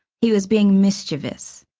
he was being mischievous.